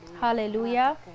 Hallelujah